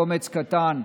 קומץ קטן.